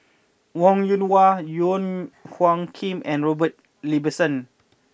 Wong Yoon Wah Wong Hung Khim and Robert Ibbetson